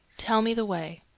tell me the way.